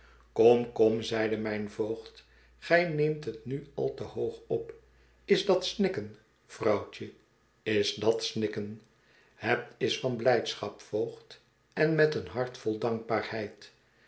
kom kom zeide mijn voogd gij neemt het nu al te hoog op is dat snikken vrouwtje is dat snikken het is van blijdschap voogd en met een hart vol dankbaarheid